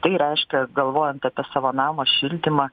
tai reiškia galvojant apie savo namo šildymą